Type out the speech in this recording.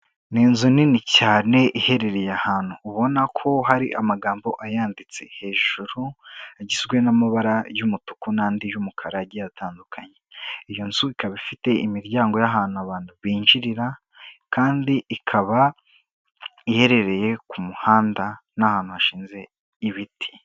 Ni inzu nini cyane, iherereye ahantu ubona ko hari amagambo ayanditse hejuru, agizwe n'amabara y'umutuku n'andi y'umukara agiye atandukanye; iyo nzu ikaba ifite imiryango y'ahantu abantu binjirira, kandi ikaba iherereye ku muhanda n'ahantu hashinze ibiti.